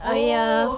!aiya!